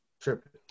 tripping